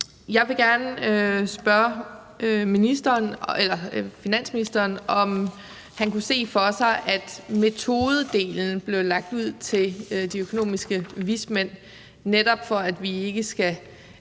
Jeg vil gerne spørge finansministeren, om han kunne se for sig, at metodedelen blev lagt ud til de økonomiske vismænd, netop for at vi ikke skal